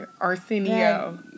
Arsenio